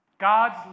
God's